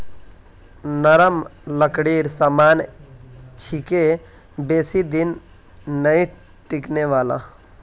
नरम लकड़ीर सामान छिके बेसी दिन नइ टिकने वाला